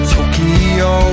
Tokyo